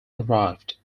arrived